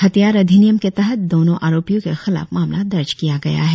हथियार अधिनियम के तहत दोनो आरोपियों के खिलाफ मामला दर्ज किया गया है